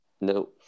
No